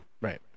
Right